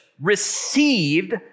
received